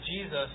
Jesus